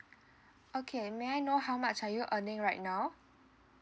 okay may I know how much are you earning right now